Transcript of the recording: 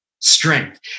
strength